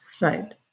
Right